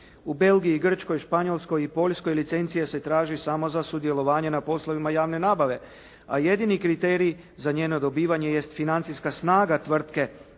U Belgiji, Grčkoj, Španjolskoj i Poljskoj licencija se traži samo za sudjelovanje na poslovima javne nabave, a jedini kriterij za njeno dobivanje jest financijska snaga tvrtke,